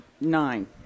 Nine